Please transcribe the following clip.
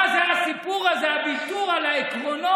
מה זה הסיפור הזה, הוויתור על העקרונות?